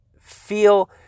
feel